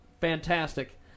Fantastic